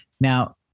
Now